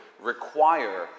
require